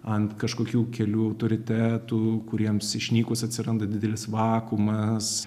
ant kažkokių kelių autoritetų kuriems išnykus atsiranda didelis vakuumas